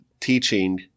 teaching